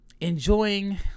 enjoying